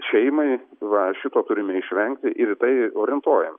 šeimai va šito turime išvengti ir į tai orientuojam